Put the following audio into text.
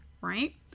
right